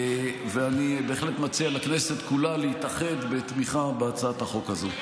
אני בהחלט מציע לכנסת כולה להתאחד בתמיכה בהצעת החוק הזאת.